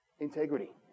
Integrity